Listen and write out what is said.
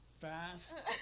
fast